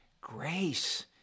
Grace